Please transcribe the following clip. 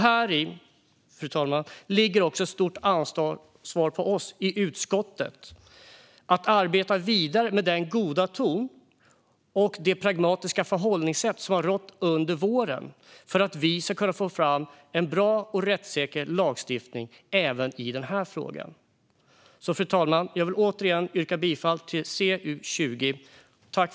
Häri, fru talman, ligger också ett stort ansvar på oss i utskottet att arbeta vidare med den goda ton och det pragmatiska förhållningssätt som rått under våren för att vi ska kunna få fram en bra och rättssäker lagstiftning även i denna fråga. Fru talman! Jag vill återigen yrka bifall till förslaget i CU22.